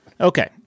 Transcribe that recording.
Okay